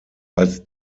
als